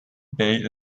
bay